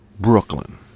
Brooklyn